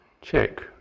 check